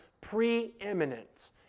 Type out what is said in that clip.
preeminent